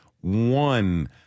one